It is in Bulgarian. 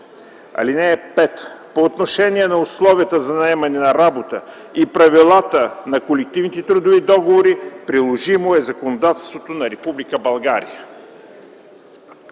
ал. 2. (5) По отношение на условията за наемане на работа и правилата на колективните трудови договори приложимо е законодателството на Република